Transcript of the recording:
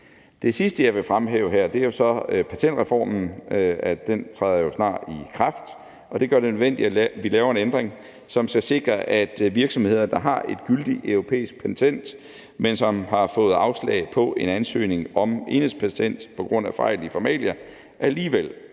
Det sidste, jeg vil fremhæve her, er så patentreformen. Den træder jo snart i kraft, og det gør det nødvendigt, at vi laver en ændring, som skal sikre, at virksomheder, der har et gyldigt europæisk patent, men som har fået afslag på en ansøgning om enhedspatent på grund af fejl i formalia, alligevel kan